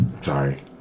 Sorry